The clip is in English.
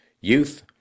youth